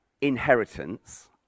inheritance